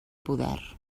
poder